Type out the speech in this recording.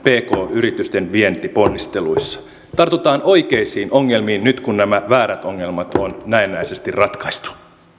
pk yritysten vientiponnisteluissa tartutaan oikeisiin ongelmiin nyt kun nämä väärät ongelmat on näennäisesti ratkaistu